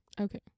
Okay